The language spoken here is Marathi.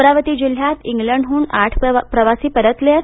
अमरावती जिल्ह्यात इंग्लंडहून आठ प्रवासी परतले आहेत